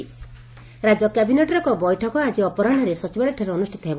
cabinet ବୈଠକ ରାଜ୍ୟ କ୍ୟାବିନେଟ୍ର ଏକ ବୈଠକ ଆଜି ଅପରାହୁରେ ସଚିବାଳୟଠାରେ ଅନୁଷିତ ହେବ